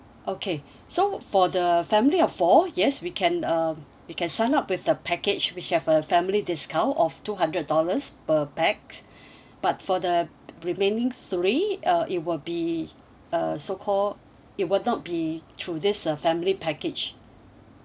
okay so for the family of four yes we can um we can sign up with a package which have a family discount of two hundred dollars per pax but for the remaining three uh it will be uh so called it will not be through this uh family package